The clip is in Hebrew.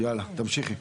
המשיכי.